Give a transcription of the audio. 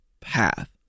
path